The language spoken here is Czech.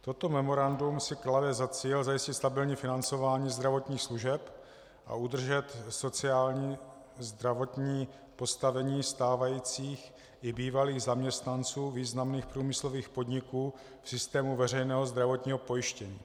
Toto memorandum si klade za cíl zajistit stabilní financování zdravotních služeb a udržet sociální a zdravotní postavení stávajících i bývalých zaměstnanců významných průmyslových podniků v systému veřejného zdravotního pojištění.